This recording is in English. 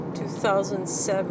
2007